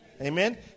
Amen